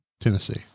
Tennessee